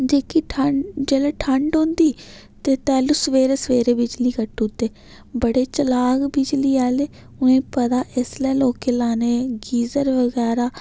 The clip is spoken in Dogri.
जेह्की जेल्लै ठंड ते तैह्लू सेवरै सेवरै बिजली कट्टी ओड़दे बड़े चलाक बिजली आहले उ'नें पता इसलै लोकें लाने गीजर बगैरा